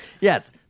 Yes